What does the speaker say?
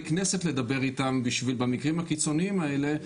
כנסת לדבר איתם במקרים הקיצוניים האלה,